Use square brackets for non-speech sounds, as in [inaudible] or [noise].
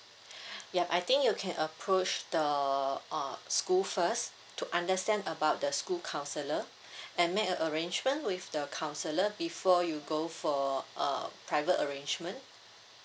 [breath] ya I think you can approach the uh school first to understand about the school counsellor and make an arrangement with the counsellor before you go for uh private arrangement